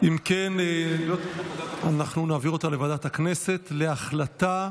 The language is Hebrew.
אם כן, אנחנו נעביר אותה לוועדת הכנסת להחלטה.